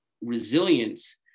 resilience